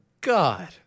God